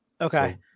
Okay